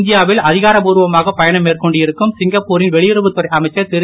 இந்தியாவில் அதிகாரபூர்வமாக பயணம் மேற்கொண்டு இருக்கும் சிங்கப்பூரின் வெளியுறவுத்துறை அமைச்சர் திரு